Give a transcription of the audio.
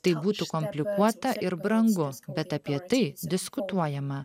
tai būtų komplikuota ir brangu bet apie tai diskutuojama